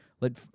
Let